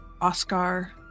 Oscar